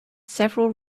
several